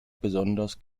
besonders